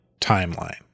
timeline